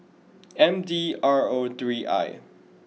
M D R O three I